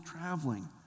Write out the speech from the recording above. traveling